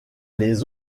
les